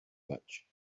much